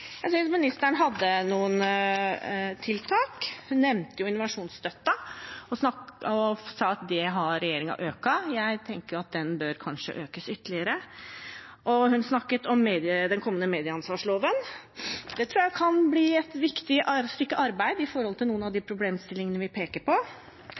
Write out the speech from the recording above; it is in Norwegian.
Jeg synes statsråden hadde noen tiltak: Hun nevnte innovasjonsstøtten og sa at den har regjeringen økt. Jeg tenker at den kanskje bør økes ytterligere. Hun snakket om den kommende medieansvarsloven. Det tror jeg kan bli et viktig stykke arbeid med hensyn til noen av de problemstillingene vi peker på.